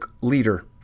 leader